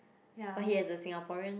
but he has a Singaporean